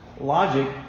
logic